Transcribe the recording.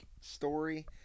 story